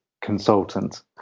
consultant